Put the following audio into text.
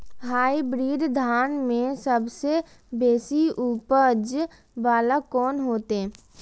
Hybrid धान में सबसे बेसी उपज बाला कोन हेते?